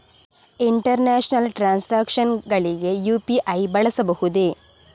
International transactions ಗಳಿಗೆ UPI ಬಳಸಬಹುದೇ?